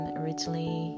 originally